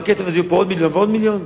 בקצב הזה יהיו פה עוד מיליון ועוד מיליון.